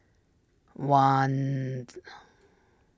once